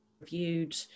reviewed